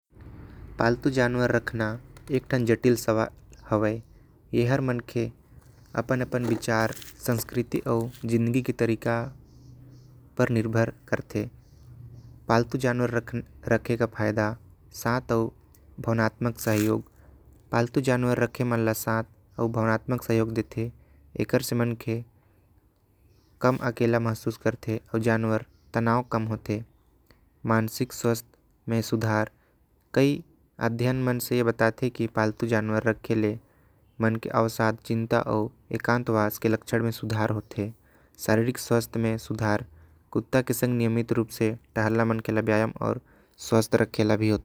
पालतू जानवर रखना एक ठन जटिल सवाल हैवे। एहर मन खे अपन विचार संस्कृति आऊ जिंदगी के तरीका पर निर्भर करते। पालतू जानवर रखे कर फायदा सात आऊ भावनात्मक सहयोग देते। एकर से मन के कम अकेले महसूस करते आऊ जानवर तनाव कम होते। मानसिक स्वस्थ में सुधार कई अध्ययन मन से बताते की पालतू जानवर रखे ले। सात चिंता आऊ एकांत वास के लक्षण में सुधार होते। शारीरिक स्वस्थ में सुधार कुत्ता मन के संग टहलना। मन के ल बायां आऊ स्वस्थ रखे ले भी।